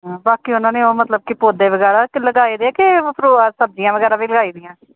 ਹਾਂ ਬਾਕੀ ਉਹਨਾਂ ਨੇ ਉਹ ਮਤਲਬ ਕਿ ਪੌਦੇ ਵਗੈਰਾ ਕਿ ਲਗਾਏ ਵੇ ਹੈ ਕਿ ਉਹ ਫਰੁ ਸਬਜ਼ੀਆਂ ਵਗੈਰਾ ਵੀ ਲਾਈ ਵੀਆਂ